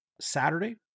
saturday